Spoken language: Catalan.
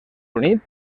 units